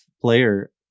player